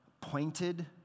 pointed